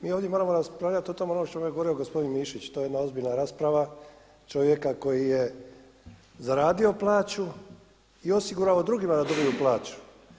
Mi ovdje moramo raspravljati o tome o onome o čemu je govorio gospodin Mišić, to je jedna ozbiljna rasprava čovjeka koji je zaradio plaću i osigurao drugima da dobiju plaću.